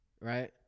right